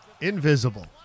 Invisible